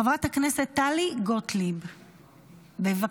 חבר הכנסת ירון לוי,